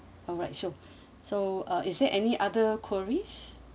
alright sure so uh is there any other queries